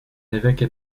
évêques